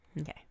Okay